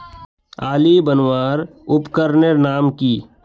आली बनवार उपकरनेर नाम की?